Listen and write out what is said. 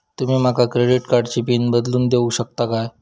तुमी माका क्रेडिट कार्डची पिन बदलून देऊक शकता काय?